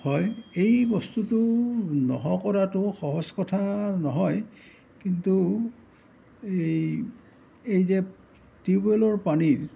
হয় এই বস্তুটো নোহোৱা কৰাটো সহজ কথা নহয় কিন্তু এই এই যে টিউ বেলৰ পানীৰ